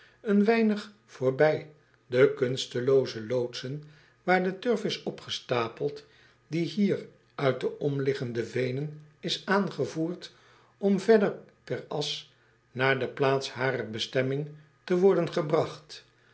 een weinig voorbij de kunstelooze loodsen waar de turf is opgestapeld die hier uit de omliggende veenen is aangevoerd om verder per as naar de plaats harer bestemming te worden gebragt